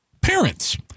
parents